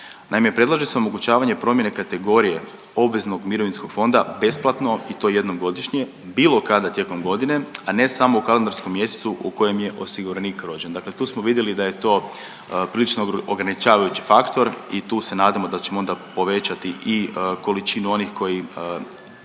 Naime, predlaže se omogućavanje promjene kategorije obveznog mirovinskog fonda besplatno i to jednom godišnje, bilo kada tijekom godine, a ne samo u kalendarskom mjesecu u kojem je osiguranik rođen. Dakle, tu smo vidjeli da je to prilično ograničavajući faktor i tu se nadamo da ćemo onda povećati i količinu onih koji